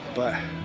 but,